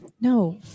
No